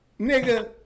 Nigga